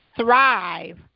thrive